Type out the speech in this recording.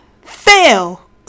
fail